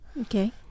Okay